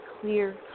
clear